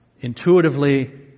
intuitively